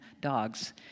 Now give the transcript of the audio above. dogs